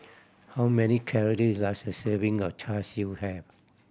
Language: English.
how many calorie does a serving of Char Siu have